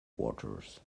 waters